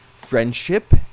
friendship